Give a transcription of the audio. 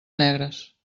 negres